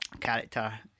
character